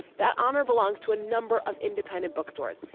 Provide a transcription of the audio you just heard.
that honor belongs to a number of independent bookstores,